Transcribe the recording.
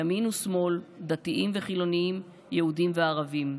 ימין ושמאל, דתיים וחילונים, יהודים וערבים.